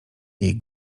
jej